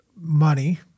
Money